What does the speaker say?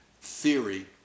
theory